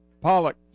Pollock